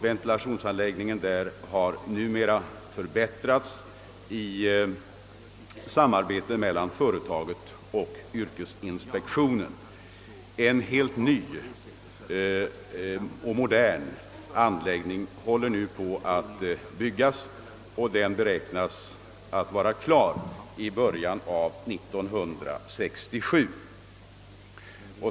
Ventilationsanläggningen i dessa har numera förbättrats i samarbete mellan företaget och yrkesinspektionen. En helt ny och modern anläggning håller också på att byggas, och den beräknas vara klar i början av 1967.